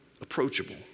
Approachable